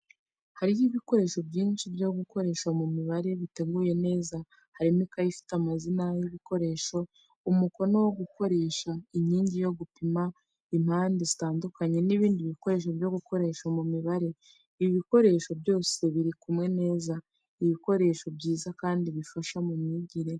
Hariho ibikoresho byinshi byo gukoresha mu mibare, biteguye neza. Harimo ikayi ifite amazina y'ibikoresho, umukono wo gukoresha, inkingi zo gupima, impande zitandukanye, n'ibindi bikoresho byo gukoresha mu mibare. Ibikoresho byose biri kumwe neza. Ibikoresho byiza kandi bifasha mu myigire.